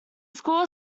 school